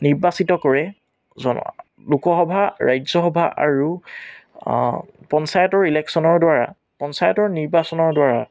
নিৰ্বাচিত কৰে জন লোকসভা ৰাজ্যসভা আৰু পঞ্চায়তৰ ইলেকশ্যনৰ দ্বাৰা পঞ্চায়তৰ নিৰ্বাচনৰ দ্বাৰা